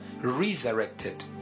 Resurrected